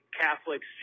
Catholics